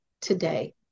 today